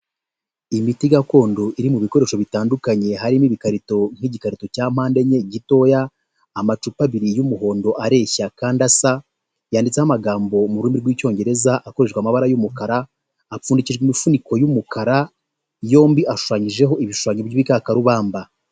Imiti gakondo iri mu bikoresho bitandukanye, harimo ibikarito nk'igikarito cya mpande enye gitoya, amacupa abiri y'umuhondo areshya kandi asa, yanditseho amagambo mu rurimi rw'icyongereza, akoreshwa amabara y'umukara, apfundikijwe imifuniko y'umukara, yombi ashushanyijeho ibishushanyo by'bikakarubamba.